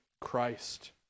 Christ